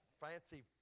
fancy